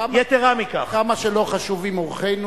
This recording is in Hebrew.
כמה שלא חשובים אורחינו,